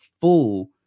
full